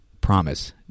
promise